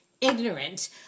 ignorant